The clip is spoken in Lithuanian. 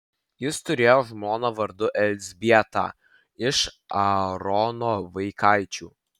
jis turėjo žmoną vardu elzbietą iš aarono vaikaičių